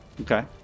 okay